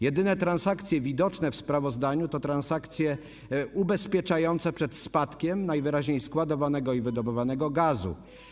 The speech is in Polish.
Jedyne transakcje widoczne w sprawozdaniu to transakcje ubezpieczające przed spadkiem ceny najwyraźniej składowanego i wydobywanego gazu.